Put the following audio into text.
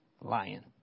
Lion